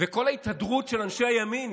ובכל ההתהדרות של אנשי הימין,